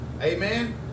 Amen